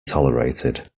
tolerated